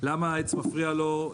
למה העץ מפריע לו.